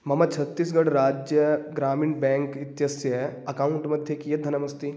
मम छत्तीस्गड् राज्य ग्रामिण् बेङ्क् इत्यस्य अकौण्ट् मध्ये कियत् धनमस्ति